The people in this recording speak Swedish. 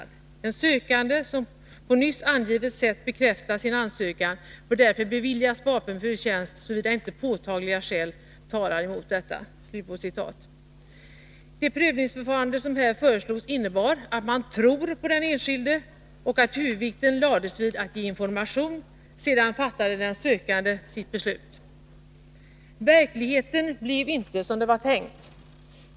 9 december 1982 En sökande som på nyss angivet sätt bekräftat sin ansökan bör därför beviljas vapenfri tjänst såvida inte påtagliga skäl talar mot detta.” Det prövnings Översyn av vapenförfarande som här föreslogs innebar, att man tror på den enskilde och att = frilagen huvudvikten lades vid att ge information. Sedan fattade den sökande sitt beslut. Verkligheten blev inte som det var tänkt.